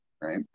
Right